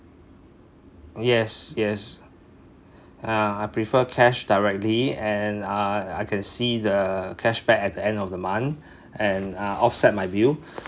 yes yes ah I prefer cash directly and uh I can see the cash back at the end of the month and offset my bill